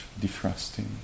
defrosting